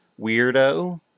Weirdo